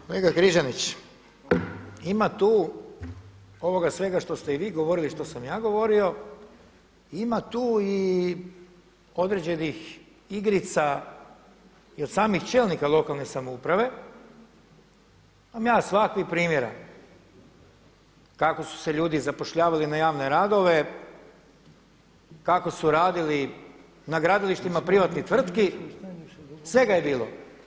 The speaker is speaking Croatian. Kolega Križanić, ima tu ovoga svega što ste i vi govorili i što sam ja govorio, ima tu i određenih igrica i od samih čelnika lokalne samouprave, imam ja svakakvih primjera kako su se ljudi zapošljavali na javne radove, kako su radili na gradilištima privatnih tvrtki, svega je bilo.